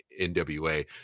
NWA